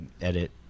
edit